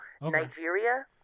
Nigeria